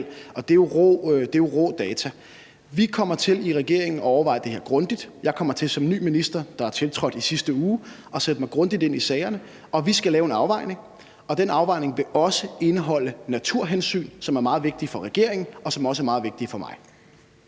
Det er jo rå data. Vi kommer til i regeringen at overveje det her grundigt. Jeg kommer til som ny minister, der er tiltrådt i sidste uge, at sætte mig grundigt ind i sagerne. Vi skal lave en afvejning, og den afvejning vil også indeholde naturhensyn, som er meget vigtigt for regeringen, og som også er meget vigtigt for mig.